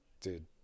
dude